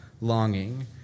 longing